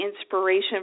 inspiration